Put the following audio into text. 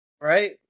Right